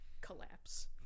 collapse